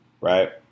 Right